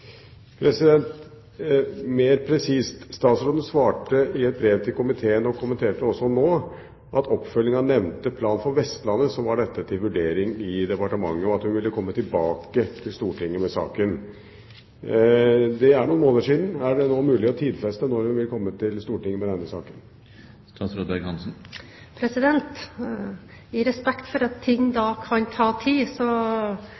Mer presist: Statsråden svarte i et brev til komiteen, og kommenterte det også nå, at oppfølging av nevnte plan for Vestlandet var til vurdering i departementet, og at hun ville komme tilbake til Stortinget med saken. Det er noen måneder siden. Er det nå mulig å tidfeste når hun vil komme til Stortinget med denne saken? I respekt for at ting